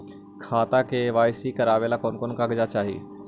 खाता के के.वाई.सी करावेला कौन कौन कागजात चाही?